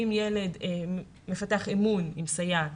מדיווחים שקיבלנו, אם ילד מפתח אמון בסייעת